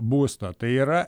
būsto tai yra